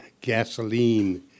gasoline